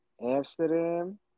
Amsterdam